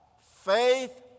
faith